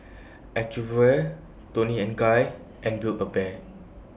Acuvue Toni and Guy and Build A Bear